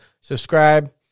Subscribe